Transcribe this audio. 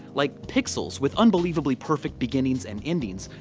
like pixels, with unbelievably perfect beginnings and endings,